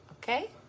Okay